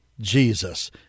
Jesus